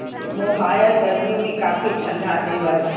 मोहायर गरमी में काफी ठंडा देवला